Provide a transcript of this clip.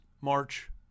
march